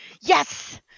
Yes